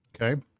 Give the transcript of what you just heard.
Okay